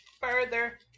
Further